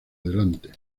adelante